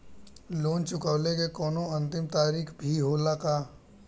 Loan चुकवले के कौनो अंतिम तारीख भी होला का?